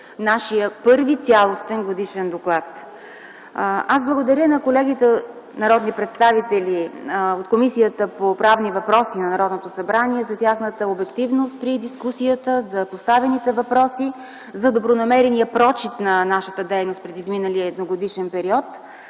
нашия първи цялостен годишен доклад. Благодаря на колегите народни представители от Комисията по правни въпроси на Народното събрание за тяхната обективност при дискусията, за поставените въпроси, за добронамерения прочит на нашата дейност през изминалия едногодишен период